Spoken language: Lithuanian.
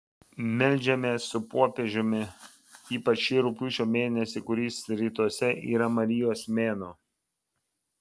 meldžiamės su popiežiumi ypač šį rugpjūčio mėnesį kuris rytuose yra marijos mėnuo